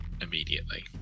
immediately